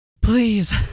please